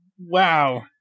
Wow